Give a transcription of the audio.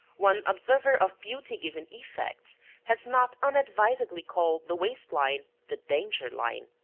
one observer of beauty-giving effects has not unadvisedly called the waist-line the danger-line.